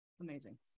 Amazing